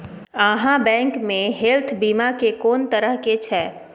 आहाँ बैंक मे हेल्थ बीमा के कोन तरह के छै?